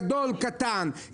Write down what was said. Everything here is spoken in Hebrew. גדול או קטן,